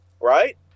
right